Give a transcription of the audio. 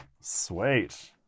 Sweet